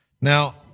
Now